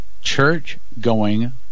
church-going